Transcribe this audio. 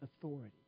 authority